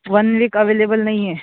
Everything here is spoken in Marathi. वन लिक अवेलेबल नाही आहे